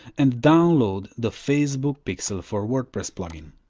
and download the facebook pixel for wordpress plugins.